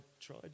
tried